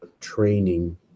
training